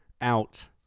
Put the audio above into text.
out